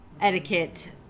etiquette